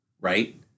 right